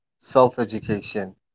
self-education